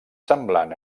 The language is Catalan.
semblant